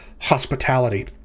hospitality